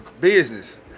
business